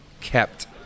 kept